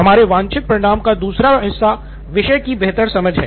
हमारे वांछित परिणाम का दूसरा हिस्सा विषय की बेहतर समझ है